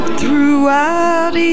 throughout